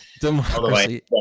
Democracy